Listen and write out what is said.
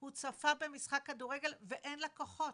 הוא צפה במשחק כדורגל ואין לקוחות,